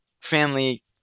family